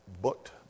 booked